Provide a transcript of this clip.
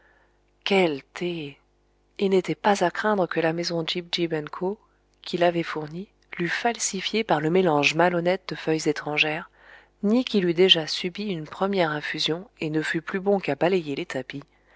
que la maison gibb gibb co qui l'avait fourni l'eût falsifié par le mélange malhonnête de feuilles étrangères ni qu'il eût déjà subi une première infusion et ne fût plus bon qu'à balayer les tapis